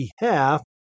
behalf